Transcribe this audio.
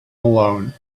alone